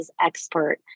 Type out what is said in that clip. expert